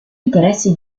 interessi